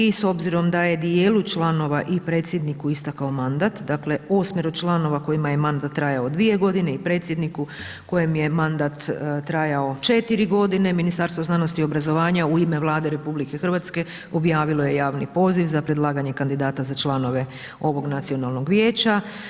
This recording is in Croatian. I s obzirom da je dijelu članova i predsjedniku istekao mandat, dakle 8-mero članova kojima je mandat trajao 2 godine i predsjedniku kojem je mandat trajao 4 godine Ministarstvo znanosti i obrazovanja u ime Vlade RH objavilo je javni poziv za predlaganje kandidata za članove ovog Nacionalnog vijeća.